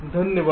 धन्यवाद